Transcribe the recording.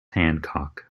hancock